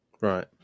right